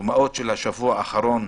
הדוגמאות של השבוע האחרון